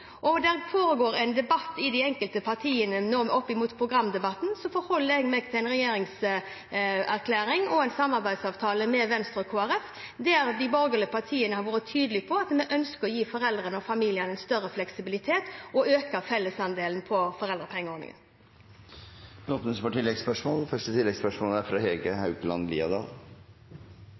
det foregår en programdebatt i de enkelte partiene nå – så forholder jeg meg til en regjeringserklæring og en samarbeidsavtale med Venstre og Kristelig Folkeparti, der de borgerlige partiene har vært tydelige på at vi ønsker å gi foreldrene og familiene større fleksibilitet og øke fellesandelen i foreldrepengeordningen. Det blir oppfølgingsspørsmål – først Hege Haukeland Liadal. Mitt oppfølgingsspørsmål går også til barne- og